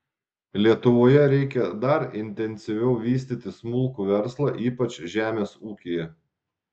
lietuvoje reikia dar intensyviau vystyti smulkų verslą ypač žemės ūkyje